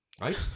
Right